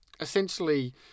essentially